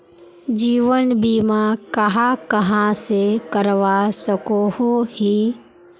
जीवन बीमा कहाँ कहाँ से करवा सकोहो ही?